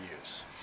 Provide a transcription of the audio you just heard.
use